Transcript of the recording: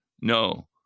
No